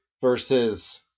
versus